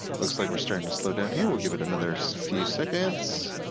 looks like we're starting to slow down here. we'll give it another few seconds.